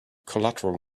collateral